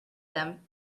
them